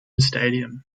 stadium